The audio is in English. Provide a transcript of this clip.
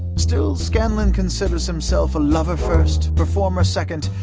still, scanlan considers himself a lover first, performer second,